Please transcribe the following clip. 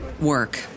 work